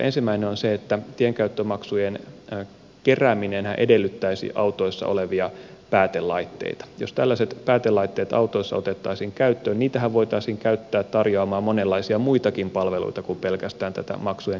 ensimmäinen on se että tienkäyttömaksujen kerääminenhän edellyttäisi autoissa olevia päätelaitteita ja jos tällaiset päätelaitteet autoissa otettaisiin käyttöön niitähän voitaisiin käyttää tarjoamaan monenlaisia muitakin palveluita kuin pelkästään tätä maksujen keräämistä